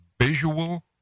Visual